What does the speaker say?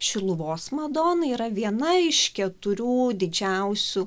šiluvos madonai yra viena iš keturių didžiausių